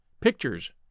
pictures